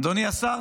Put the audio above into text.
אדוני השר,